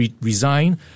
resign